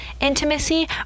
intimacy